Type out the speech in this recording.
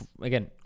Again